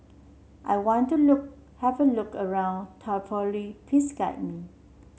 I want to look have a look around Tripoli please guide me